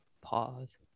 Pause